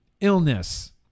illness